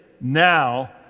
now